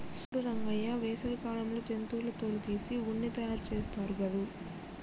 సూడు రంగయ్య వేసవి కాలంలో జంతువుల తోలు తీసి ఉన్ని తయారుచేస్తారు గాదు